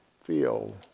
feel